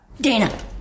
Dana